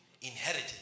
inherited